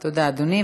תודה, אדוני.